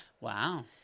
Wow